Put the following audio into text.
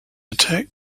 attack